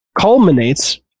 culminates